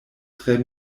tre